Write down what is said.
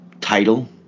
title